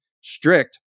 strict